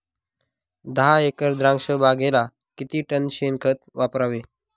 दहा एकर द्राक्षबागेला किती टन शेणखत वापरावे?